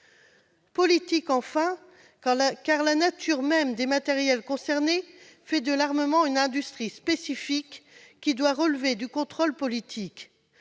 politique enfin, car la nature même des matériels concernés fait de l'armement une industrie spécifique qui doit relever du contrôle politique.